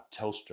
Telstra